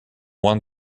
one